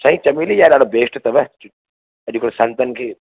साईं चमेली जा ॾाढा बेस्ट अथव अॼुकल्ह संतनि खे